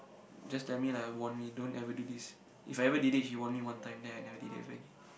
just tell me lah warn me don't ever do this if I ever did it he warn me one time then I never did it ever again